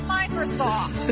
Microsoft